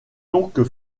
donc